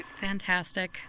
Fantastic